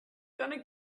gonna